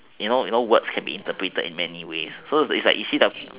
you know words can be interpreted in many ways so is like you see